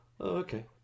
Okay